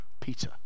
Peter